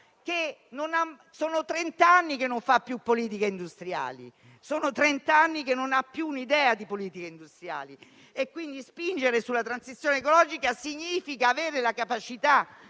che sono trent'anni che non fa più politiche industriali e che non ha più un'idea di politiche industriali. Quindi spingere sulla transizione ecologica significa avere la capacità